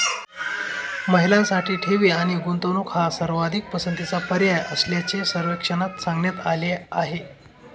महिलांसाठी ठेवी आणि गुंतवणूक हा सर्वाधिक पसंतीचा पर्याय असल्याचे सर्वेक्षणात सांगण्यात आले आहे